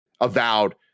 Avowed